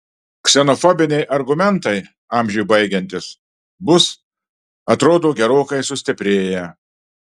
ksenofobiniai argumentai amžiui baigiantis bus atrodo gerokai sustiprėję